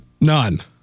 None